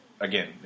Again